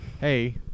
hey